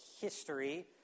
history